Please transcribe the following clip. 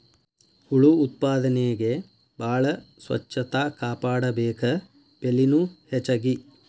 ಹುಳು ಉತ್ಪಾದನೆಗೆ ಬಾಳ ಸ್ವಚ್ಚತಾ ಕಾಪಾಡಬೇಕ, ಬೆಲಿನು ಹೆಚಗಿ